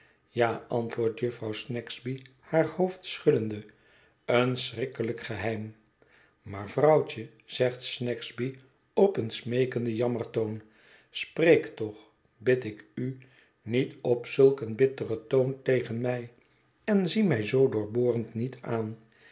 ja antwoordt jufvrouw snagsby haar hoofd schuddende een schrikkelijk geheim maar vrouwtje zegt snagsby op een smeekenden jammertoon spreek toch bid ik u niet op zulk een bitteren toon tegen mij en zie mij zoo dooi'borend niet aan